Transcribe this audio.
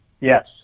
Yes